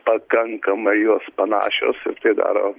pakankamai jos panašios ir tai daro